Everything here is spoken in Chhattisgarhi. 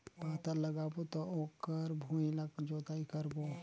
पातल लगाबो त ओकर भुईं ला जोतई करबो?